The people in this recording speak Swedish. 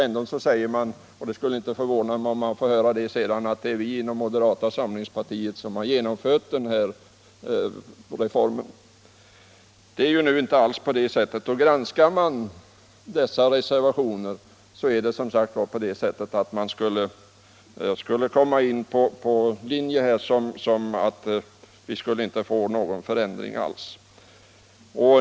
Ändå skulle det inte förvåna mig om man får höra att det är moderata samlingspartiet som genomfört reformen. Det är inte alls på det sättet. Granskar man dessa reservationer ser man att de skulle föra in på en sådan linje att vi inte fick någon förändring alls.